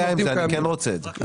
אין בעיה עם זה, אני כן רוצה את זה.